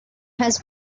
has